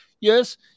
yes